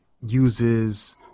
uses